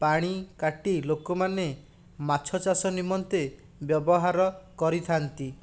ପାଣି କାଟି ଲୋକମାନେ ମାଛ ଚାଷ ନିମନ୍ତେ ବ୍ୟବହାର କରିଥାନ୍ତି